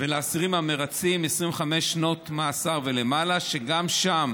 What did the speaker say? ולאסירים המרצים 25 שנות מאסר ומעלה, וגם שם